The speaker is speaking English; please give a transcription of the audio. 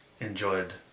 enjoyed